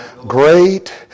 great